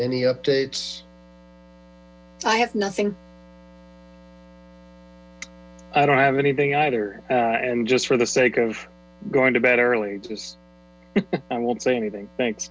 any updates i have nothing i don't have anything either and just for the sake going to bed early just i won't say anything thanks